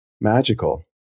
magical